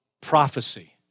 prophecy